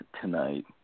tonight